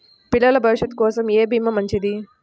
పిల్లల భవిష్యత్ కోసం ఏ భీమా మంచిది?